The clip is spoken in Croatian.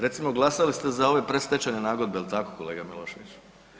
Recimo glasali ste za ove predstečajne nagodbe, jel' tako, kolega Milošević?